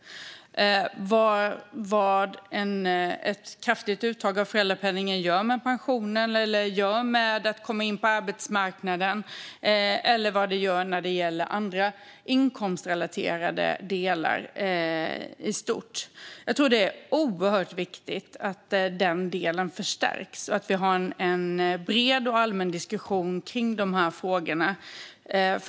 Det handlar om vad ett kraftigt uttag av föräldrapenning gör med pensionen eller gör med möjligheten att komma in på arbetsmarknaden. Det gäller också vad det gör med andra inkomstrelaterade delar i stort. Det är oerhört viktigt att den delen förstärks och att vi har en bred och allmän diskussion om de frågorna.